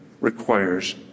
requires